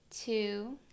two